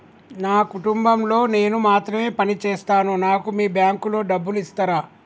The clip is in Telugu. నా కుటుంబం లో నేను మాత్రమే పని చేస్తాను నాకు మీ బ్యాంకు లో డబ్బులు ఇస్తరా?